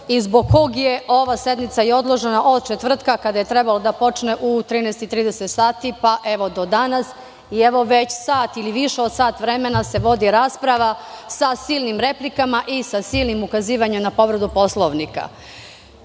i zbog kog je ova sednica i odložena od četvrtka kada je trebalo da počne u 13.30 sati pa evo do danas. Evo, već sat vremena ili više od sat vremena se vodi rasprava sa silinim replikama i sa silnim ukazivanjem na povredu Poslovnika. Samo